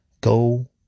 Go